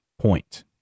point